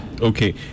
Okay